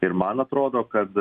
ir man atrodo kad